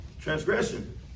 transgression